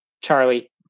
Charlie